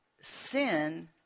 sin